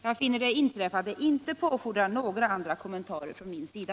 Jag finner det inträffade ej påfordra några andra kommentarer från min sida.